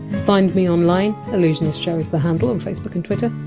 find me online allusionistshow is the handle on facebook and twitter.